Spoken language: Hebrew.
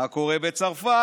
מה קורה בצרפת,